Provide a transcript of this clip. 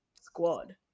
squad